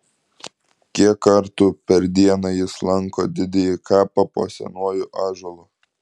kiek kartų per dieną jis lanko didįjį kapą po senuoju ąžuolu